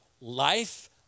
life